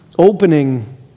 Opening